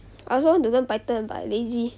I also want to learn python but I lazy